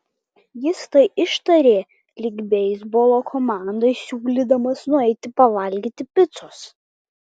jis tai ištarė lyg beisbolo komandai siūlydamas nueiti pavalgyti picos